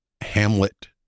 Hamlet